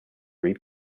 read